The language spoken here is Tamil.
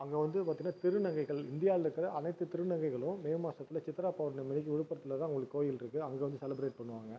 அங்கே வந்து பார்த்தீங்கனா திருநங்கைகள் இந்தியாவில் இருக்கிற அனைத்து திருநங்கைகளும் மே மாசத்தில் சித்திரா பெளர்ணமி அன்றைக்கி விழுப்புரத்தில் தான் அவங்களுக்கு கோவில் இருக்குது அங்கே வந்து செலிப்ரேட் பண்ணுவாங்க